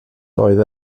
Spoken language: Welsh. doedd